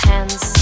Hands